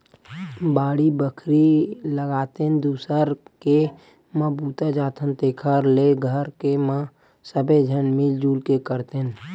बाड़ी बखरी लगातेन, दूसर के म बूता जाथन तेखर ले घर के म सबे झन मिल जुल के करतेन